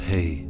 Hey